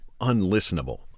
unlistenable